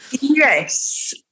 Yes